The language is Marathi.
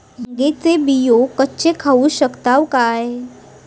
भांगे चे बियो कच्चे खाऊ शकताव काय?